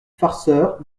farceur